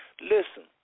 Listen